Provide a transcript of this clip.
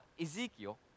Ezekiel